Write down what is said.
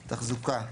תחזוקה,